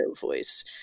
voice